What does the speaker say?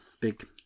big